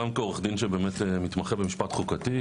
גם כעו"ד שבאמת מתמחה במשפט חוקתי,